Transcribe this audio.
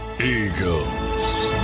Eagles